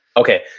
okay.